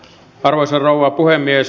arvoisa rouva puhemies